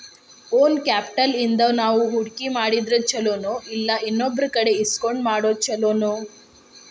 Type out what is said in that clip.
Own capital ಇಂದಾ ನಾವು ಹೂಡ್ಕಿ ಮಾಡಿದ್ರ ಛಲೊನೊಇಲ್ಲಾ ಇನ್ನೊಬ್ರಕಡೆ ಇಸ್ಕೊಂಡ್ ಮಾಡೊದ್ ಛೊಲೊನೊ?